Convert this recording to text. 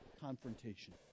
confrontation